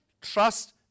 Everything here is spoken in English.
trust